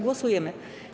Głosujemy.